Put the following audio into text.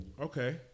Okay